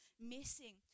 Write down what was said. missing